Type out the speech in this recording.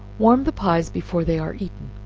warm the pies before they are eaten.